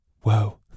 Whoa